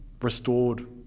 restored